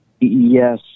Yes